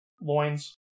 loins